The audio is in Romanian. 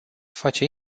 face